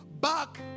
Back